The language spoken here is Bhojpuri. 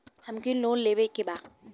हमके लोन लेवे के बा?